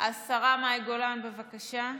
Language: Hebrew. השרה מאי גולן, בבקשה.